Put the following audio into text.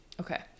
Okay